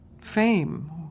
fame